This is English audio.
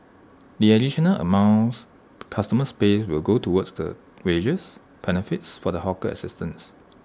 the additional amounts customers pay will go towards the wages benefits for the hawker assistants